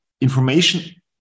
information